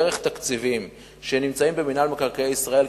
דרך תקציבים שנמצאים במינהל מקרקעי ישראל,